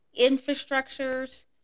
infrastructures